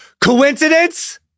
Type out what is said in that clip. Coincidence